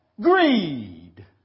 Greed